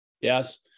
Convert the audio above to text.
Yes